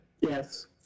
Yes